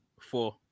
Four